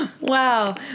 Wow